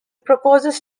proposes